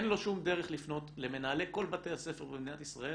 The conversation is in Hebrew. אין לו שום דרך לפנות למנהלי כל בתי הספר במדינת ישראל